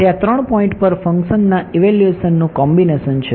તે આ ત્રણ પોઈન્ટ પર ફંક્શન ના ઈવેલ્યુએશનનું કોંબીનેશન છે